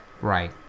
Right